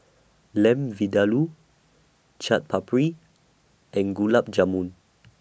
Lamb Vindaloo Chaat Papri and Gulab Jamun